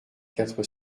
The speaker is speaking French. quatre